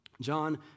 John